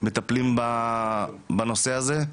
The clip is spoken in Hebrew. מטפלים בנושא הזה.